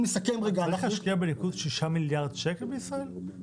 צריך להשקיע 6 מיליארד שקל בניקוז בישראל?